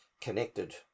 connected